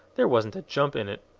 there wasn't a jump in it.